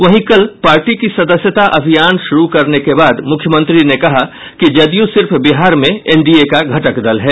वही कल पार्टी की सदस्यता अभियान शुरू करने के बाद मुख्यमंत्री ने कहा कि जदयू सिर्फ बिहार में एनडीए का घटक दल है